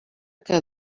que